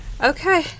Okay